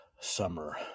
summer